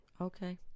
Okay